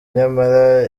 nyamara